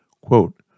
Quote